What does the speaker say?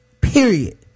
Period